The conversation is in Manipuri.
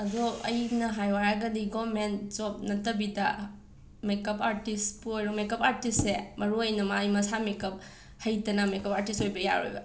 ꯑꯗꯣ ꯑꯩꯅ ꯍꯥꯏꯌꯣ ꯍꯥꯏꯔꯒꯗꯤ ꯒꯣꯔꯃꯦꯟ ꯖꯣꯞ ꯅꯠꯇꯕꯤꯗ ꯃꯦꯀꯞ ꯑꯥꯔꯇꯤꯁꯄꯨ ꯑꯣꯏꯔꯣ ꯃꯦꯀꯞ ꯑꯥꯔꯇꯤꯁꯁꯦ ꯃꯔꯨ ꯑꯣꯏꯅ ꯃꯥ ꯃꯁꯥ ꯃꯦꯀꯞ ꯍꯩꯇꯅ ꯃꯦꯀꯞ ꯑꯥꯔꯇꯤꯁ ꯑꯣꯏꯕ ꯌꯥꯔꯣꯏꯕ